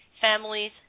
families